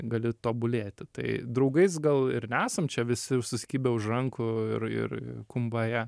gali tobulėti tai draugais gal ir nesam čia visi susikibę už rankų ir ir kumbaja